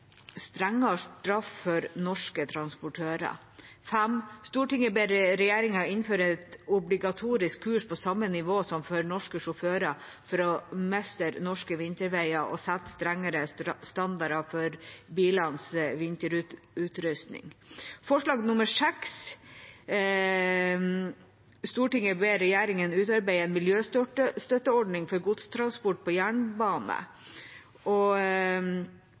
strengere straff for norske transportører. Forslag nr. 5 er: «Stortinget ber regjeringen innføre et obligatorisk kurs på samme nivå som for norske sjåfører for å mestre norske vinterveier og sette strengere standarder for bilenes vinterutrustning.» Forslag nr. 6 er: «Stortinget ber regjeringen utarbeide en miljøstøtteordning for godstransport på jernbane.